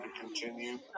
continue